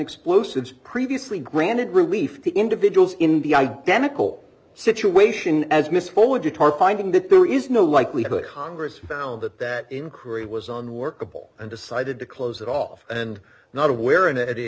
explosives previously granted relief the individuals in the identical situation as miss forward to tar finding that there is no likelihood congress found that that in korea was on workable and decided to close it off and not aware and